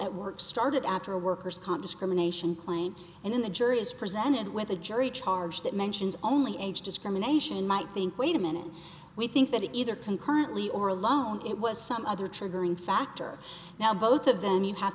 at work started after a worker's comp discrimination claim and then the jury is presented with a jury charge that mentions only age discrimination might think wait a minute we think that either concurrently or alone it was some other triggering factor now both of them you have